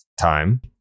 time